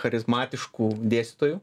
charizmatiškų dėstytojų